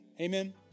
Amen